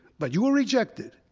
but you were rejected.